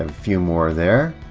and few more there